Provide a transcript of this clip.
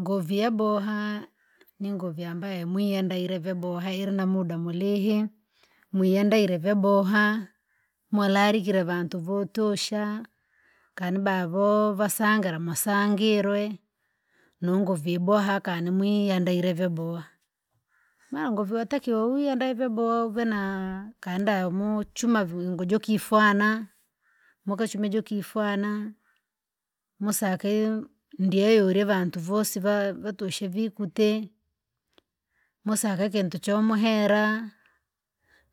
Nguvi ya boha, ni nguvi ambayo mwiende eri ve boha irina muda mrehe, mwiendira ve boha. Mwairikire vantu votasha, kanibavova sangara ma sangwire. Nungu viboha khanimwi andaire veboha. Nanguvu watakiwa viandaire ve boha uve na kaanda mchuma njoo kifunywa, mukachume njoo kifunywa. Musake ndie ure vantu vosi vatoshe vigute. Musahaheki ndo chomuhera,